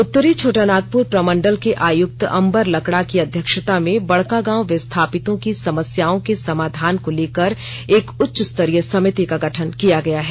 उत्तरी छोटानागपुर प्रमंडल के आयुक्त अंबर लकडा की अध्यक्षता में बडकागांव विस्थापितों की समस्याओं के समाधान को लेकर एक उच्चस्तरीय समिति का गठन किया गया है